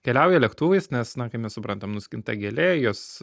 keliauja lėktuvais nes na kaip mes suprantam nuskinta gėlė jos